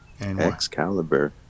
Excalibur